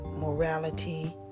morality